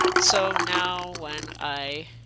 so now when i